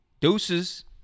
Deuces